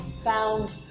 found